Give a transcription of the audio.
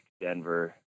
Denver